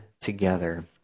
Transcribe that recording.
together